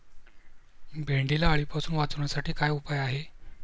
भेंडीला अळीपासून वाचवण्यासाठी काय उपाय आहे?